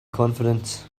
confident